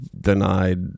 denied